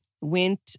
Went